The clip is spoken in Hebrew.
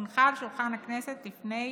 היא הונחה על שולחן הכנסת לפני